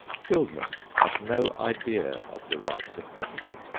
children have no idea of the rights of property.